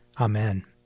Amen